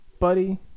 Buddy